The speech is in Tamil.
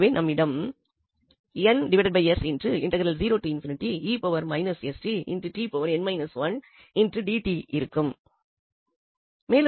எனவே நம்மிடம் இருக்கும்